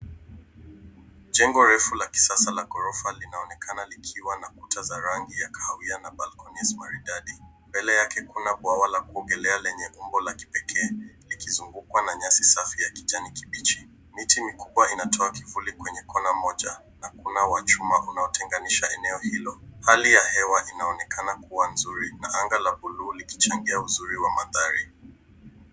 Jengo refu la kisasa la ghorofa linaonekana likiwa na kuta za rangi ya kahawia na balconys maridadi. Mbele yake kuna bwawa la kuogelea lenye umbo la kipekee, likizungukwa na nyasi safi ya kijani kibichi. Miti mikubwa inatoa kivuli kwenye kona moja na kunawachuma unaotenganisha eneo hilo. Hali ya hewa inaonekana kuwa nzuri na anga la buluu likichangia uzuri wa mandhari.